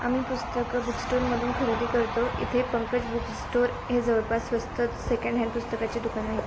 आम्ही पुस्तकं बुक स्टोरमधून खरेदी करतो इथे पंकज बुक स्टोर हे जवळपास स्वस्त सेकंडहँड पुस्तकाची दुकानं आहेत